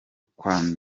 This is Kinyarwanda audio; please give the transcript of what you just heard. kwa